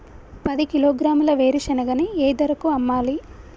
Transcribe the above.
పది కిలోగ్రాముల వేరుశనగని ఏ ధరకు అమ్మాలి?